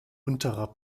unterer